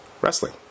wrestling